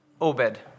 Obed